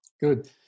Good